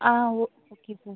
okay sir